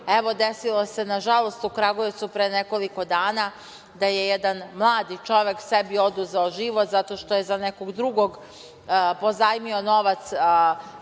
Evo, desilo se nažalost u Kragujevcu pre nekoliko dana da je jedan mladi čovek sebi oduzeo život zato što je za nekog drugog pozajmio novac od